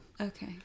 Okay